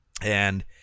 and-